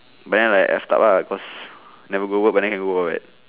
but then like I stuck ah cause never go work but then can go home right